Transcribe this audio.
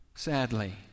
Sadly